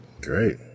Great